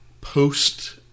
post